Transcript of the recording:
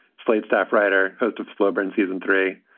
slate staff writer. host of slumber and season three.